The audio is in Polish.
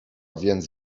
więc